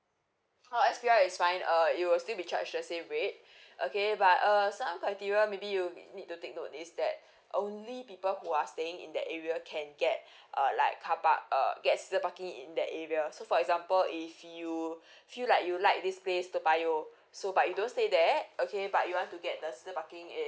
ah S_P_R is fine err you will still be charged the same rate okay but err some criteria maybe you need to take note is that only people who are staying in that area can get err like car park uh get season parking in that area so for example if you feel like you like this place toa payoh so but you don't stay there okay but you want to get the season parking it